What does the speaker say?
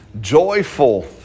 joyful